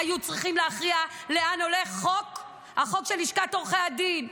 היו צריכים להכריע לאן הולך החוק של לשכת עורכי הדין,